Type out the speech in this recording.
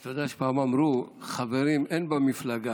אתה יודע שפעם אמרו: חברים אין במפלגה,